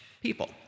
people